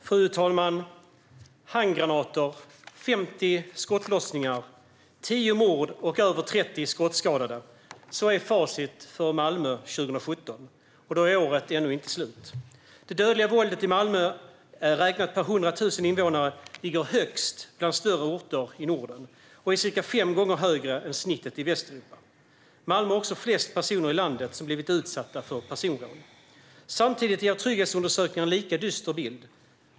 Fru talman! Handgranater, 50 skottlossningar, 10 mord och över 30 skottskadade. Det är facit för Malmö 2017, och året är ännu inte slut. Det dödliga våldet i Malmö räknat per 100 000 invånare ligger högst bland större orter i Norden och är cirka fem gånger högre än snittet i Västeuropa. Malmö har också flest personer i landet som blivit utsatta för personrån. Samtidigt ger trygghetsundersökningarna en lika dyster bild.